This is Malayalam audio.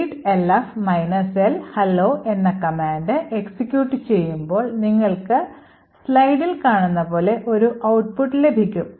readelf L hello എന്ന കമാൻഡ് എക്സിക്യൂട്ട് ചെയ്യുമ്പോൾ നിങ്ങൾക്ക് slideൽ കാണുന്ന പോലെ ഒരു output ലഭിക്കും